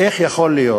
איך יכול להיות